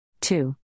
Two